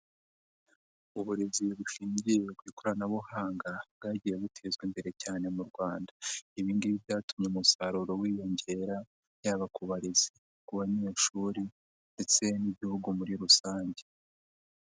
Uburezi bushingiye ku ikoranabuhanga bwagiye butezwa imbere cyane mu Rwanda, ibi ngibi byatumye umusaruro wiyongera yaba ku barezi, ku banyeshuri ndetse n'Igihugu muri rusange.